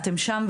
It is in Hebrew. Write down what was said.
אתם שם,